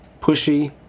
pushy